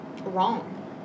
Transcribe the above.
wrong